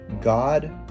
God